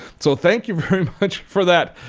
so thank you very much for that,